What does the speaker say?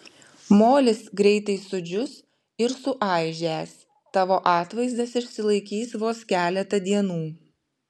molis greitai sudžius ir suaižęs tavo atvaizdas išsilaikys vos keletą dienų